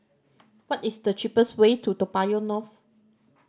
what is the cheapest way to Toa Payoh North